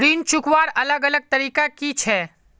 ऋण चुकवार अलग अलग तरीका कि छे?